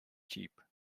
cheap